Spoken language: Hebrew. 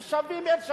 כשווים בין שווים.